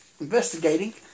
investigating